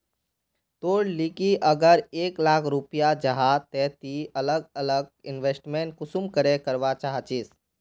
तोर लिकी अगर एक लाख रुपया जाहा ते ती अलग अलग इन्वेस्टमेंट कुंसम करे करवा चाहचिस?